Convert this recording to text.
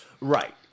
Right